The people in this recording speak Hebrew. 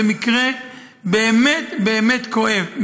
זה מקרה באמת באמת כואב,